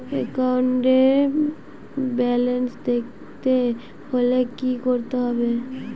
একাউন্টের ব্যালান্স দেখতে হলে কি করতে হবে?